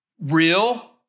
Real